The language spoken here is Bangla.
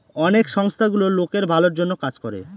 অনেক সংস্থা গুলো লোকের ভালোর জন্য কাজ করে